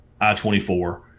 I-24